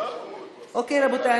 רבותיי,